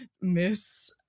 miss